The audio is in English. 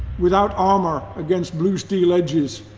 without armour against blue steel edges.